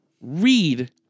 read